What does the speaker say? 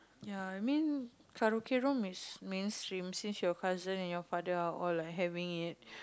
ya I mean karaoke room is mainstream since your cousin and your father are all are having it